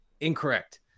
incorrect